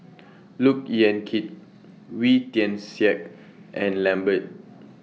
Look Yan Kit Wee Tian Siak and Lambert